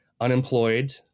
unemployed